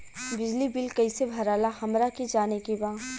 बिजली बिल कईसे भराला हमरा के जाने के बा?